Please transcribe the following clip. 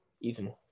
Ethan